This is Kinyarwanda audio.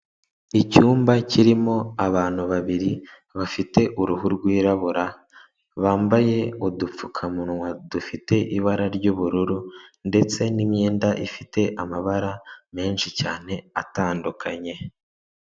Icyumba kirimo abantu babiri, bafite uruhu rwirabura, bambaye udupfukamunwa dufite ibara ry'ubururu, ndetse n'imyenda ifite amabara menshi cyane atandukanye.